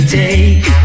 take